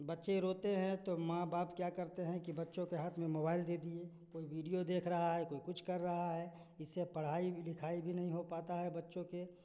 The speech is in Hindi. बच्चे रोते हैं तो माँ बाप क्या करते हैं कि बच्चों के हाथ में मोबाइल दे दिए कोई वीडियो देख रहा है कोई कुछ कर रहा है इससे पढ़ाई लिखाई भी नहीं हो पता है बच्चों के